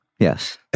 Yes